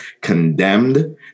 condemned